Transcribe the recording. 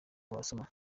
wasoma